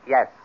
Yes